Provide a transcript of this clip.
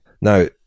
Now